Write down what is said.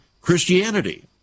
Christianity